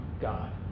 God